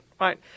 right